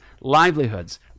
livelihoods